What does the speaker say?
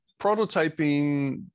prototyping